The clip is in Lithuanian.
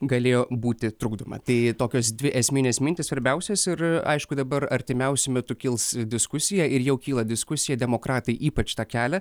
galėjo būti trukdoma tai tokios dvi esminės mintys svarbiausios ir aišku dabar artimiausiu metu kils diskusija ir jau kyla diskusija demokratai ypač tą kelia